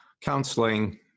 counseling